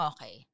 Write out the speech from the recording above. Okay